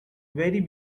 very